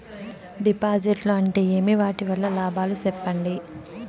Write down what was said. డిపాజిట్లు అంటే ఏమి? వాటి వల్ల లాభాలు సెప్పండి?